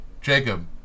Jacob